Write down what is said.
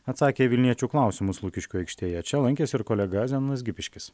atsakė į vilniečių klausimus lukiškių aikštėje čia lankėsi ir kolega zenonas gipiškis